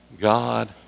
God